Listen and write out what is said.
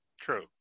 True